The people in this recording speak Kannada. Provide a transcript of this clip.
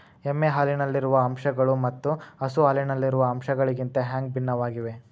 ಎಮ್ಮೆ ಹಾಲಿನಲ್ಲಿರುವ ಅಂಶಗಳು ಮತ್ತ ಹಸು ಹಾಲಿನಲ್ಲಿರುವ ಅಂಶಗಳಿಗಿಂತ ಹ್ಯಾಂಗ ಭಿನ್ನವಾಗಿವೆ?